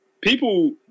people